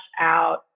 out